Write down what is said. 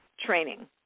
training